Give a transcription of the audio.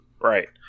Right